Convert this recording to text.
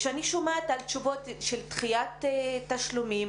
כשאני שומעת על תשובות של דחיית תשלומים,